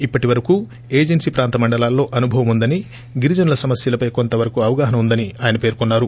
ఇప్పటి వరకూ ఏజెన్సీ ప్రాంత మండలాల్లో అనుభవం ఉందని గిరిజనుల సమస్యలపై కొంత వరకు అవగాహన ఉందని పేర్కొన్నారు